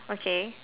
okay